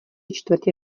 čtvrtě